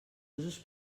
usos